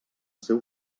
seu